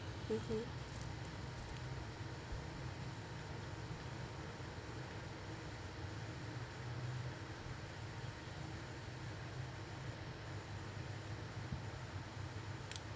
mmhmm